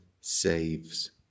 saves